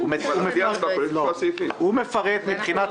דברי ההסבר מתייחסים לתוכניות